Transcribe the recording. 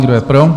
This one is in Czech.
Kdo je pro?